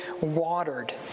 watered